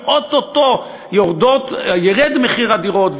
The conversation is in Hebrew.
ואו-טו-טו ירד מחיר הדירות,